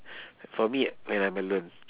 for me when I'm alone